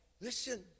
Listen